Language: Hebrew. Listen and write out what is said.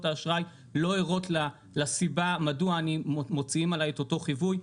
האשראי לא ערות לסיבה מדוע מוציאים עלי את אותו חיווי,